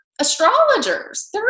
astrologers